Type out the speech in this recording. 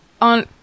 on